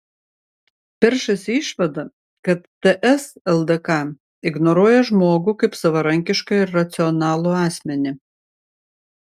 peršasi išvada kad ts ldk ignoruoja žmogų kaip savarankišką ir racionalų asmenį